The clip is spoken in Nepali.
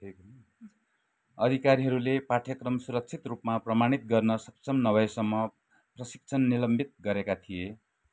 अधिकारीहरूले पाठ्यक्रम सुरक्षित रूपमा प्रमाणित गर्न सक्षम नभएसम्म प्रशिक्षण निलम्बित गरेका थिए